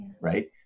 right